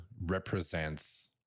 represents